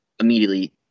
immediately